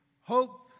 hope